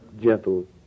gentle